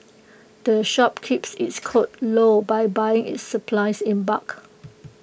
the shop keeps its cold low by buying its supplies in bulk